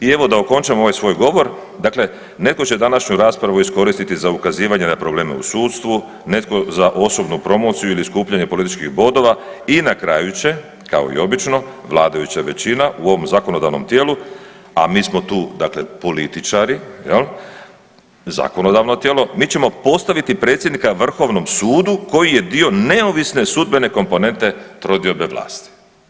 I evo, da okončam ovaj svoj govor, dakle netko će današnju raspravu iskoristiti na ukazivanje na probleme u sudstvu, netko za osobnu promociju ili skupljanje političkih bodova i na kraju će kao i obično vladajuća većina u ovom zakonodavnom tijelu, a mi smo tu dakle političari jel, zakonodavno tijelo mi ćemo postaviti predsjednika Vrhovnom sudu koji je dio neovisne sudbene komponente trodiobe vlasti.